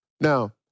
Now